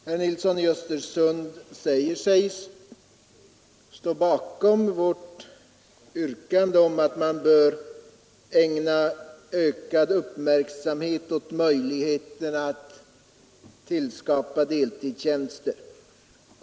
Herr talman! Herr Nilsson i Östersund säger sig stå bakom vårt yrkande att man bör ägna ökad uppmärksamhet åt möjligheterna att tillskapa deltidstjänster.